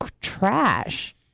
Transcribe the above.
trash